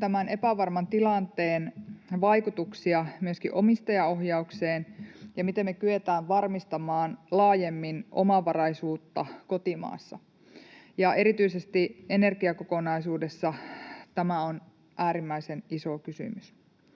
tämän epävarman tilanteen vaikutuksia myöskin omistajaohjaukseen ja sitä, miten me kyetään varmistamaan laajemmin omavaraisuutta kotimaassa. Ja erityisesti energiakokonaisuudessa tämä on äärimmäisen iso kysymys.